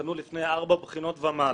שנבחנו לפני ארבע בחינות ומעלה.